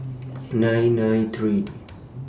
nine nine three